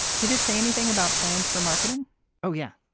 did it say anything about plans for marketing oh yeah.